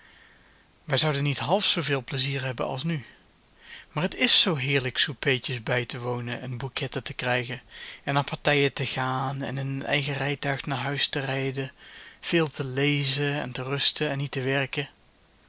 wij zouden niet half zooveel plezier hebben als nu maar het is zoo heerlijk soupeetjes bij te wonen en bouquetten te krijgen en naar partijen te gaan en in een eigen rijtuig naar huis te rijden veel te lezen en te rusten en niet te werken